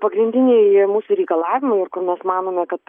pagrindiniai mūsų reikalavimai ir kur mes manome kad